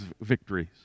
victories